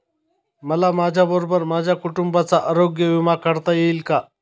मला माझ्याबरोबर माझ्या कुटुंबाचा आरोग्य विमा काढता येईल का?